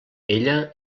ella